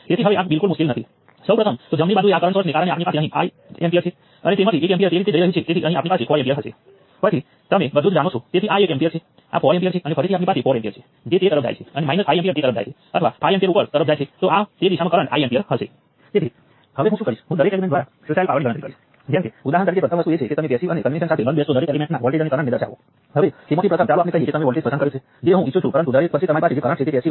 તેથી આપણી પાસે નોડ 1 છે તે પહેલા કુલ કન્ડકટન્સ G11 વત્તા G12 હતી હવે તેની પાસે G13 પણ હશે